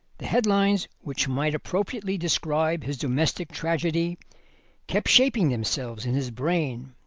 the headlines which might appropriately describe his domestic tragedy kept shaping themselves in his brain.